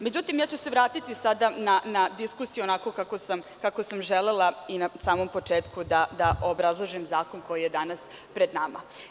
Međutim, ja ću se vratiti sada na diskusiju onako kako sam želela i na samom početku da obrazložim zakon koji je danas pred nama.